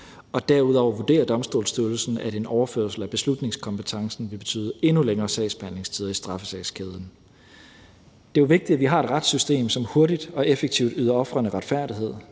derudover vurderer Domstolsstyrelsen, at en overførsel af beslutningskompetencen vil betyde endnu længere sagsbehandlingstider i straffesagskæden. Det er jo vigtigt, at vi har et retssystem, som hurtigt og effektivt yder ofrene retfærdighed.